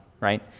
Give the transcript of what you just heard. Right